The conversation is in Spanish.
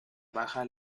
baja